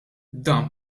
dan